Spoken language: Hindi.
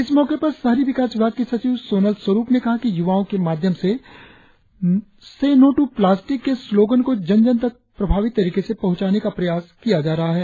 इस मौके पर शहरी विकास विभाग की सचिव सोनल स्वरुप ने कहा कि युवाओं के माध्यम से नो टू प्लास्टिक के स्लोगन को जन जन तक प्रभावी तरीके से पहुंचाने का प्रयास किया जा रहा है